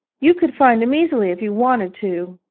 you could find him easily if you wanted to